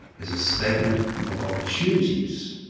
as a statement of opportunities.